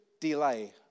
delay